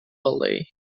ballet